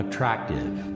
Attractive